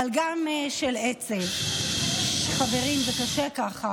אבל גם של עצב, חברים, זה קשה ככה.